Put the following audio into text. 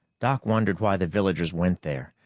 doc wondered why the villagers went there.